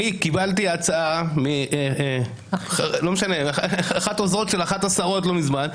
אני קיבלתי הצעה לא משנה מאחת העוזרות של אחת השרות לא מזמן,